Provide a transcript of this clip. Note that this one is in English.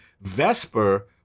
Vesper